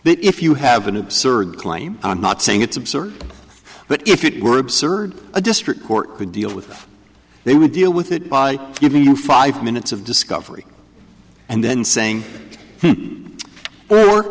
if you have an absurd claim i'm not saying it's absurd but if it were absurd a district court would deal with they would deal with it by five minutes of discovery and then saying or